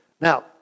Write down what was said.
Now